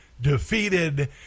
defeated